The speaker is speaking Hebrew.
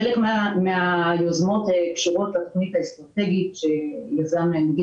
חלק מן היוזמות קשורות לתוכנית האסטרטגית שיזם נגיד